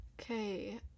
Okay